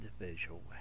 individual